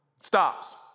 stops